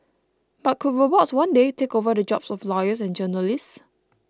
but could robots one day take over the jobs of lawyers and journalists